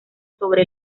sobre